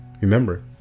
Remember